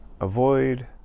avoid